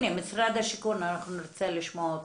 נשמע את